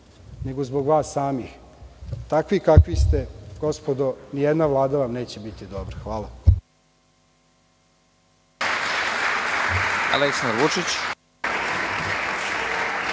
nego zbog vas samih. Takvi kakvi ste, gospodo, nijedna vlada vam neće biti dobra. Hvala.